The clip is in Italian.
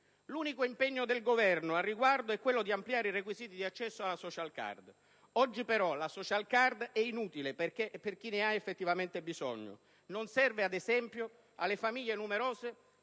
L'unico impegno del Governo al riguardo è quello di ampliare i requisiti di accesso alla *social card*. Oggi, però, la *social card* è inutile per chi ne ha effettivamente bisogno: non serve, ad esempio, alle famiglie numerose,